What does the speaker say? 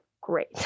great